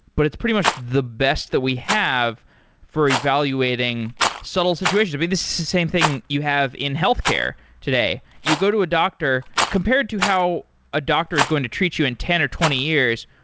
but it's pretty much the best that we have for evaluating subtle situations. i mean, this is the same thing you have in healthcare today. you go to a doctor, compared to how a doctor is going to treat you in ten or twenty years,